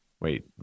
Wait